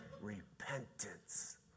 repentance